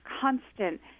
constant